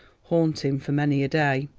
haunt him for many a day.